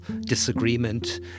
disagreement